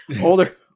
older